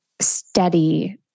steady